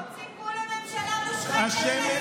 לא ציפו לממשלה מושחתת כזאת,